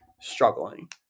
struggling